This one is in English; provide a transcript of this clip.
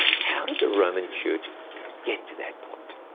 how did the roman church get to that point?